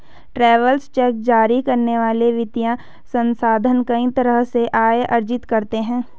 travellers cheque जारी करने वाले वित्तीय संस्थान कई तरह से आय अर्जित करते हैं